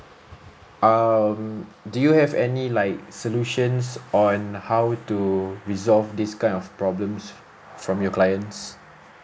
um do you have any like solutions or and how to resolve this kind of problems from your clients